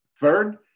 Third